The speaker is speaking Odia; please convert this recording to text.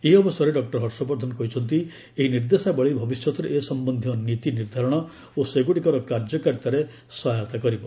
ଏହି ଅବସରରେ ଡକୁର ହର୍ଷବର୍ଦ୍ଧନ କହିଛନ୍ତି ଏହି ନିର୍ଦ୍ଦେଶାବଳୀ ଭବିଷ୍ୟତରେ ଏ ସମ୍ପନ୍ଧୀୟ ନୀତି ନିର୍ଦ୍ଧାରଣ ଓ ସେଗୁଡ଼ିକର କାର୍ଯ୍ୟକାରିତାରେ ସହାୟତା କରିବ